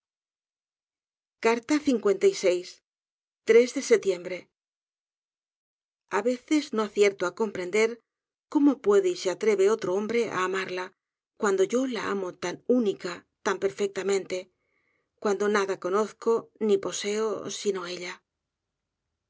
de setiembre a veces no acierto á comprender cómo puede y se atreveotro hombre á amarla cuando yo la amo tan única tan perfectamente cuando nada conozco ni poseo sinoella